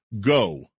go